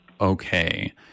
Okay